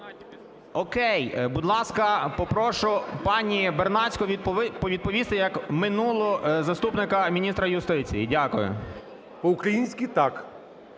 Окей. Будь ласка, попрошу пані Бернацьку відповісти, як минулого заступника міністра юстиції. Дякую. ГОЛОВУЮЧИЙ. По-українськи "так",